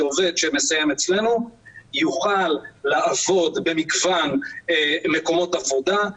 שעובד שמסיים אצלנו יוכל לעבוד במגוון מקומות עבודה,